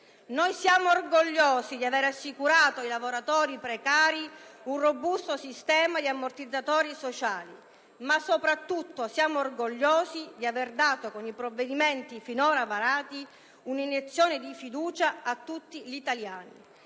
noi siamo orgogliosi di aver assicurato ai lavoratori precari un robusto sistema di ammortizzatori sociali; ma, soprattutto, siamo orgogliosi di avere dato, con i provvedimenti finora varati, un'iniezione di fiducia a tutti gli italiani.